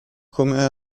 come